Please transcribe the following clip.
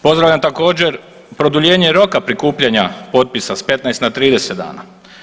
Pozdravljam također produljenje roka prikupljanja potpisa s 15 na 30 dana.